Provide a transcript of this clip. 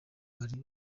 bari